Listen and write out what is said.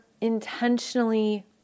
intentionally